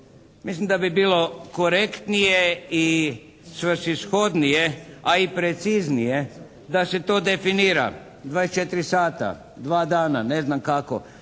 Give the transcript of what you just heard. Mislim da bi bilo korektnije i svrsishodnije a i preciznije da se to definira. 24 sata, 2 dana, ne znam kako.